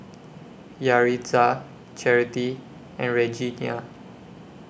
Yaritza Charity and Regenia